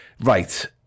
Right